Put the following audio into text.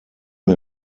mir